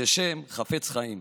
"חפץ חיים".